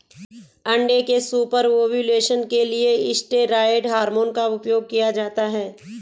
अंडे के super ovulation के लिए स्टेरॉयड हार्मोन का उपयोग किया जाता है